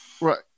right